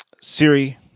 Siri